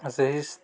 ଆ ସେହି